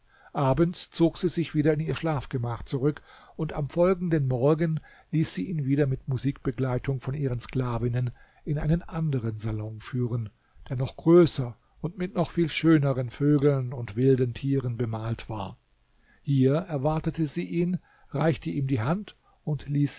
abends zog sie sich wieder in ihr schlafgemach zurück und am folgenden morgen ließ sie ihn wieder mit musikbegleitung von ihren sklavinnen in einen anderen salon führen der noch größer und mit noch viel schöneren vögeln und wilden tieren bemalt war hier erwartete sie ihn reichte ihm die hand und ließ